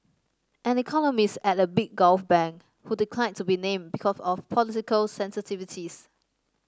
an economist at a big Gulf bank who declined to be named because of political sensitivities